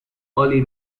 early